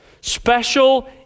Special